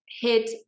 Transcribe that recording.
hit